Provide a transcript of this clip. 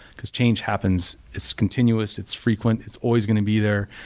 because change happens. it's continuous, it's frequent, it's always going to be there.